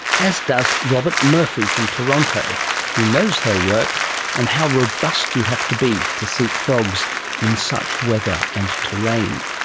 as does robert murphy from toronto who knows her work and how robust you have to be to seek frogs in such weather and terrain.